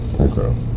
Okay